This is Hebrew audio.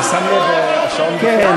שיעמוד בפני האנשים וידבר.